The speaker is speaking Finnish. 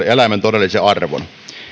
eläimen todellisen arvon